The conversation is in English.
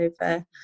over